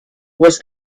was